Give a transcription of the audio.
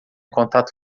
contato